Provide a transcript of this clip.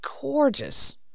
gorgeous